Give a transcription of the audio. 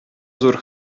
зур